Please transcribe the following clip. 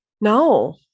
no